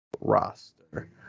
roster